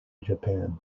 japan